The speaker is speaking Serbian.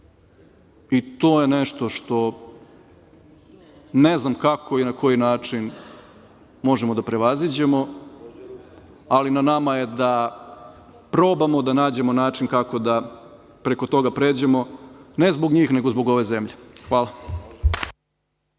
To je nešto što ne znam kako i na koji način možemo da prevaziđemo, ali na nama je da probamo da nađemo način kako da preko toga pređemo, ne zbog njih nego zbog ove zemlje. Hvala.